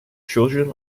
children